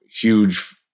huge